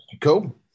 cool